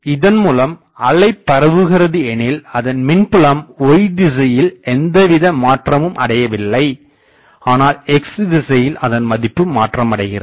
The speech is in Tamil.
இதன்மூலம் அலை பரவுகிறது எனில் அதன் மின்புலம் y திசையில் எந்தவித மாற்றமும் அடையவில்லை ஆனால் x திசையில் அதன் மதிப்பு மாற்றமடைகிறது